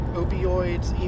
opioids